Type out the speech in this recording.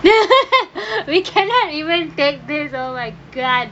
we cannot even take this oh my god